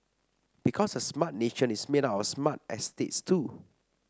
because a Smart Nation is made up of smart estates too